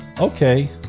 Okay